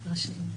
בבקשה.